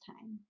time